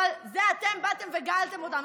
אבל מזה אתם באתם וגאלתם אותנו.